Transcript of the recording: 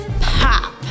Pop